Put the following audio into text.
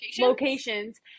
locations